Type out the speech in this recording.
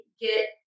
get